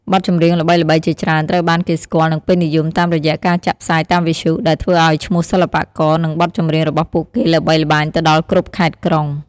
បទចម្រៀងល្បីៗជាច្រើនត្រូវបានគេស្គាល់ និងពេញនិយមតាមរយៈការចាក់ផ្សាយតាមវិទ្យុ ដែលធ្វើឲ្យឈ្មោះសិល្បករ និងបទចម្រៀងរបស់ពួកគេល្បីល្បាញទៅដល់គ្រប់ខេត្តក្រុង។